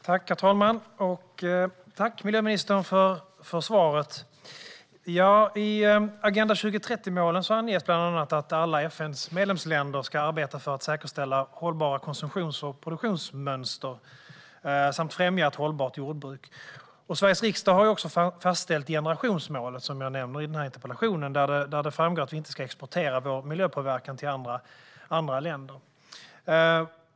Herr talman! Tack, miljöministern, för svaret! I Agenda 2030-målen anges bland annat att alla FN:s medlemsländer ska arbeta för att säkerställa hållbara konsumtions och produktionsmönster samt främja ett hållbart jordbruk. Sveriges riksdag har också fastställt generationsmålen, som jag nämner i interpellationen, där det framgår att vi inte ska exportera vår miljöpåverkan till andra länder.